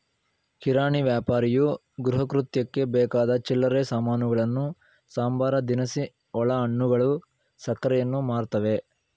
ಕಿರಾಣಿ ವ್ಯಾಪಾರಿಯು ಗೃಹಕೃತ್ಯಕ್ಕೆ ಬೇಕಾದ ಚಿಲ್ಲರೆ ಸಾಮಾನುಗಳನ್ನು ಸಂಬಾರ ದಿನಸಿ ಒಣಹಣ್ಣುಗಳು ಸಕ್ಕರೆಯನ್ನು ಮಾರ್ತವೆ